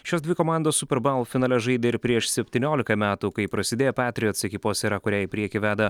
šios dvi komandos super baul finale žaidė ir prieš septyniolika metų kai prasidėjo petriots ekipos era kurią į priekį veda